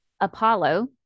Apollo